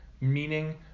meaning